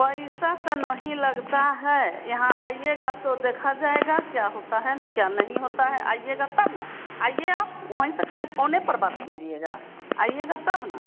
पैसा तो नहीं लगता है यहाँ आइएगा तो देखा जाएगा क्या होता है ना क्या नहीं होता है आइएगा तब ना आइए आप वहीं से ख़ाली फोने पर बात कीजिएगा आइएगा तब ना